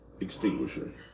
Extinguisher